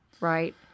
right